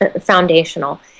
foundational